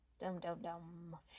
Dum-dum-dum